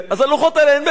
אין בהם שום משמעות.